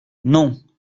non